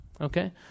Okay